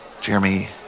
Jeremy